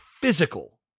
physical